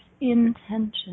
intention